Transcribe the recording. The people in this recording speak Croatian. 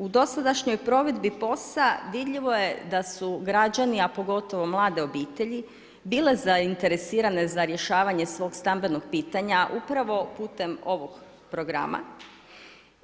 U dosadašnjoj provedbi POS-a vidljivo je da su građani a pogotovo mlade obitelji, bile zainteresirane za rješavanje svog stambenog pitanja upravo putem ovog programa